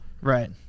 right